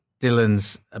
Dylan's